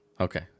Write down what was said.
Okay